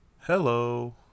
Hello